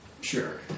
Sure